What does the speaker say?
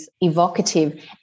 evocative